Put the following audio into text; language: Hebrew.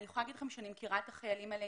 אני יכולה להגיד לכם שאני מכירה את החיילים האלה.